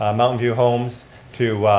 ah mountain view homes to